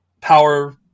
power